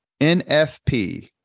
NFP